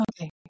Okay